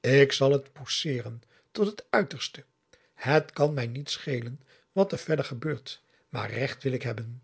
ik zal het pousseeren tot het uiterste zei de reclamant het kan mij niet schelen wat er verder gebeurt maar recht wil ik hebben